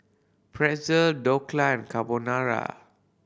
Pretzel Dhokla and Carbonara